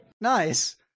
Nice